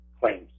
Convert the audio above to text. claims